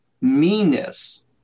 meanness